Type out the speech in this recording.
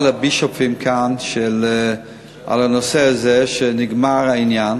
לבישופים כאן על הנושא הזה שנגמר העניין?